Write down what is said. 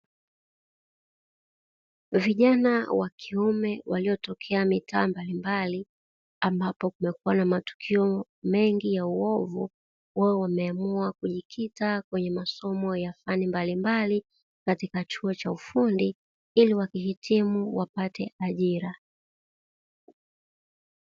Vijana wa kiume waliotokea mitaa mbalimbali; ambapo kunakuwa na matukio mengi ya uovu, wao wameamua kujikita kwenye masomo ya fani mbalimbali, katika chuo cha ufundi ili wakihitimu wapate ajira.